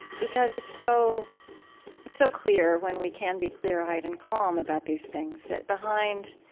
because it's so it's so clear, when we can be clear-eyed and calm about these things, that behind